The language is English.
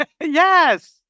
yes